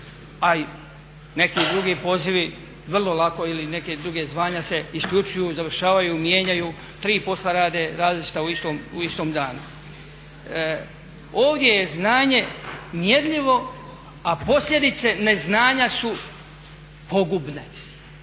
A i neki drugi pozivi vrlo lako ili neka druga zvanja se isključuju, završavaju, mijenjaju, tri posla rade različita u istom danu. Ovdje je znanje mjerljivo, a posljedice neznanja su pogubne.